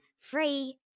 free